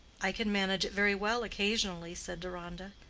i can manage it very well occasionally, said deronda.